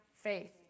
faith